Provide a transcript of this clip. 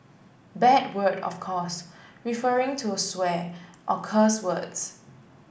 bad word of course referring to swear or cuss words